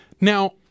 Now